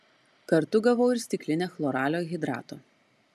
kartu gavau ir stiklinę chloralio hidrato